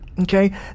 Okay